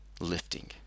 lifting